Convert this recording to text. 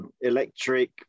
electric